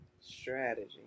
Strategy